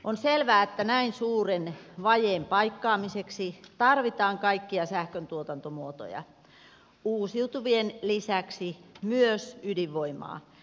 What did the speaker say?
on selvää että näin suuren vajeen paikkaamiseksi tarvitaan kaikkia sähköntuotantomuotoja uusiutuvien lisäksi myös ydinvoimaa